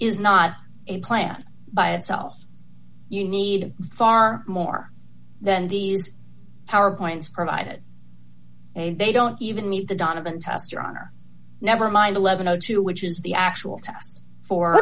is not a plan by itself you need far more than the power points provided they don't even meet the donovan test your honor never mind eleven o two which is the actual